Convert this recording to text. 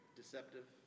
deceptive